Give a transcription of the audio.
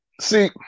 See